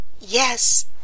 Yes